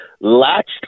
latched